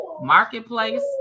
Marketplace